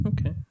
okay